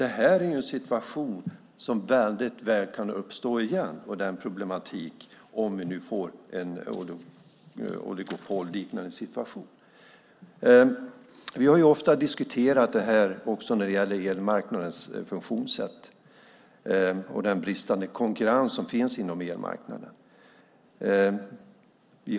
Det här är en situation och en problematik som mycket väl kan uppstå igen om vi får en oligopolliknande situation. Vi har ofta diskuterat det här också när det gäller elmarknadens funktionssätt och den bristande konkurrensen inom elmarknaden.